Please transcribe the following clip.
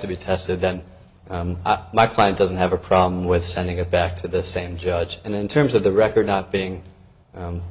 to be tested then my client doesn't have a problem with sending it back to the same judge and in terms of the record not being